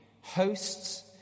hosts